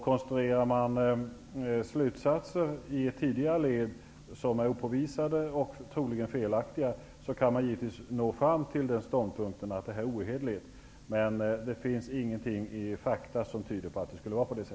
Konstruerar man slutsatser i tidigare led vilka är opåvisade och troligen felaktiga, kan man givetvis nå fram till ståndpunkten att detta är ohederligt. Men det finns inga fakta som tyder på att det skulle vara så.